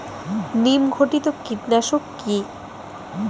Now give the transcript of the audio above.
নিম ঘটিত কীটনাশক কি?